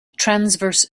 transverse